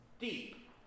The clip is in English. deep